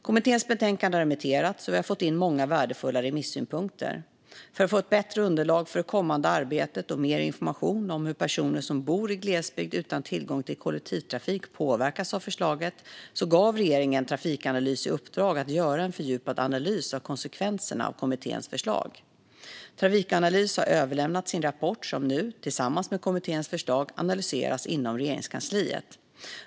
Kommitténs betänkande har remitterats och vi har fått in många värdefulla remissynpunkter. För att få ett bättre underlag för det kommande arbetet och mer information om hur personer som bor i glesbygd utan tillgång till kollektivtrafik påverkas av förslaget gav regeringen Trafikanalys i uppdrag att göra en fördjupad analys av konsekvenserna av kommitténs förslag. Trafikanalys har överlämnat sin rapport som nu, tillsammans med kommitténs förslag, analyseras inom Regeringskansliet.